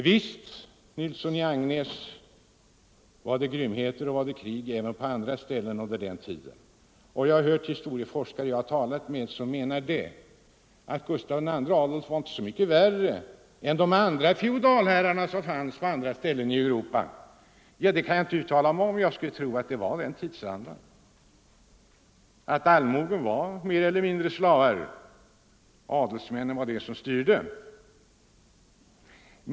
Visst, herr Nilsson i Agnäs, förekom det krig och grymheter även på andra ställen under den tiden. Jag har talat med historieforskare som menar att Gustav II Adolf inte var så mycket värre än feodalherrarna på andra håll i Europa. Det kan jag inte uttala mig om, men jag skulle tro att tidsandan var sådan: Allmogen var mer eller mindre slavar och det var adelsmännen som styrde.